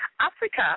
Africa